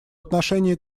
отношении